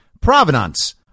provenance